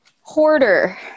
Hoarder